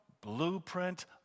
blueprint